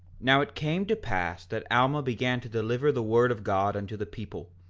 now it came to pass that alma began to deliver the word of god unto the people,